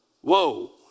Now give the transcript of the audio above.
Whoa